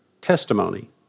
testimony